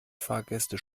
fahrgäste